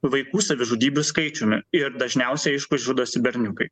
vaikų savižudybių skaičiumi ir dažniausiai aišku žudosi berniukai